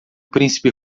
príncipe